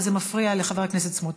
וזה מפריע לחבר הכנסת סמוטריץ.